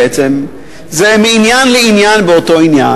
בעצם זה מעניין לעניין באותו עניין.